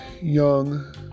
young